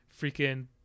freaking